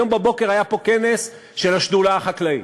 היום בבוקר היה פה כנס של השדולה החקלאית.